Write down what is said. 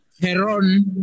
Heron